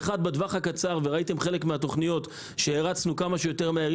בטווח הקצר ראיתם חלק מן התוכניות שהרצנו כמה שיותר מהר,